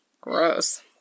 gross